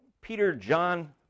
Peter-John